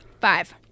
five